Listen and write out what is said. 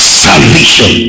salvation